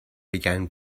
began